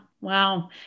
wow